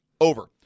over